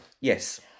yes